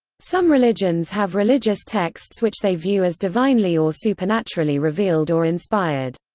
some religions have religious texts which they view as divinely or supernaturally revealed or inspired.